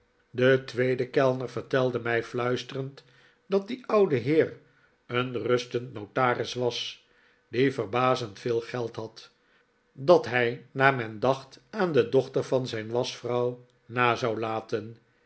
de tweede kellner vertelde mij fluisterend dat die oude heer een rustend notaris was die verbazend veel geld had dat hij naar men dacht aan de dochter van zijn waschvrouw na zou laten